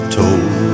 told